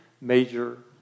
major